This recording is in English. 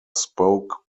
spoke